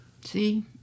See